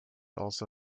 also